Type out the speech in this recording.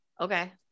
okay